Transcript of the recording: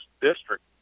district